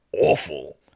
awful